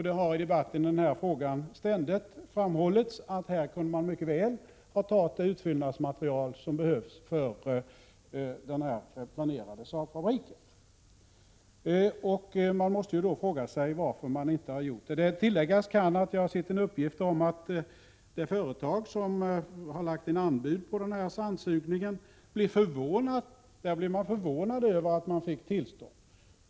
Det har i debatten i den här frågan ständigt framhållits att man där mycket väl kunde ha tagit det utfyllnadsmaterial som behövs för den planerade Saab-fabriken. Man måste då fråga sig varför detta inte gjorts. Jag kan tillägga att jag sett en uppgift om att man på det företag som har lagt in anbud på sandsugningen blev förvånad över att man fick tillstånd.